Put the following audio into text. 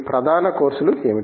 ప్రధాన కోర్సులు ఏమిటి